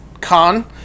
Khan